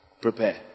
prepare